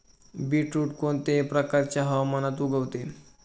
beetroot कोणत्याही प्रकारच्या हवामानात उगवते